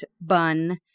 bun